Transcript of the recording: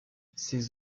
ces